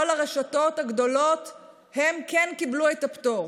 כל הרשתות הגדולות כן קיבלו את הפטור.